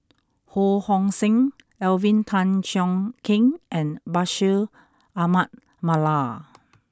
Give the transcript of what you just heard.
Ho Hong Sing Alvin Tan Cheong Kheng and Bashir Ahmad Mallal